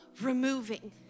removing